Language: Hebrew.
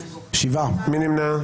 מי נמנע?